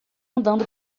andando